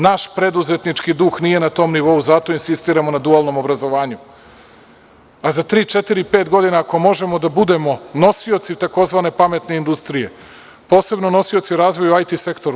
Naš preduzetnički duhnije na tom nivou i zato insistiramo na dualnom obrazovanju, a za tri, četiri, pet godina, ako možemo, da budemo nosioci tzv. pametne industrije, posebno nosioci u razvoju IT sektora.